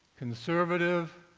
conservative,